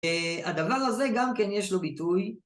הדבר הזה גם כן יש לו ביטוי.